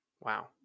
wow